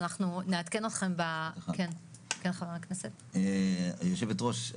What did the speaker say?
היושבת ראש,